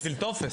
בשביל טופס.